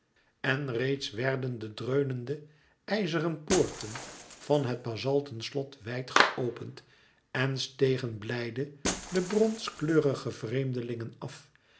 en reeds werden de dreunende ijzeren poorten van het bazalten slot wijd geopend en stegen blijde de bronskleurige vreemdelingen af